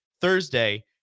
Thursday